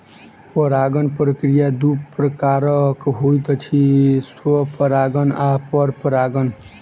परागण प्रक्रिया दू प्रकारक होइत अछि, स्वपरागण आ परपरागण